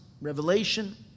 revelation